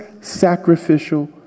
sacrificial